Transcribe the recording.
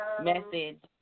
Message